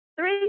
three